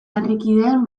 herrikideen